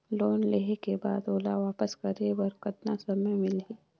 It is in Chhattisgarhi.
लोन लेहे के बाद ओला वापस करे बर कतना समय मिलही?